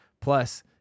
Plus